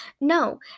No